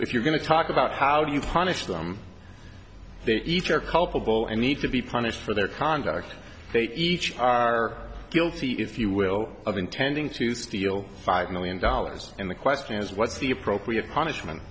if you're going to talk about how do you punish them they each are culpable and need to be punished for their conduct they each are guilty if you will of intending to steal five million dollars and the question is what's the appropriate punishment